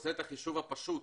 ועושה את החישוב הפשוט